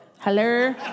Hello